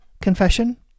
confession